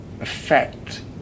effect